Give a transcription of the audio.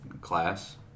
class